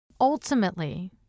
Ultimately